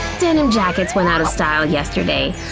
denim jackets went out of style yesterday,